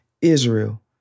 Israel